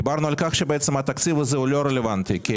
דיברנו על כך שבעצם התקציב הזה הוא לא רלוונטי כי